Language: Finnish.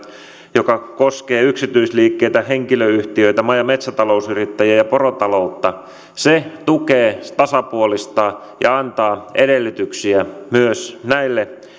joka koskee yksityisliikkeitä henkilöyhtiöitä maa ja metsätalousyrittäjiä ja porotaloutta tukee tasapuolistaa ja antaa edellytyksiä myös näille